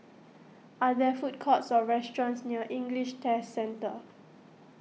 are there food courts or restaurants near English Test Centre